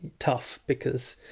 tough, because